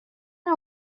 our